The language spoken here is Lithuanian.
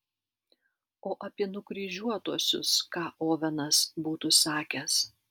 o apie nukryžiuotuosius ką ovenas būtų sakęs